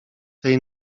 tej